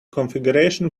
configuration